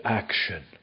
action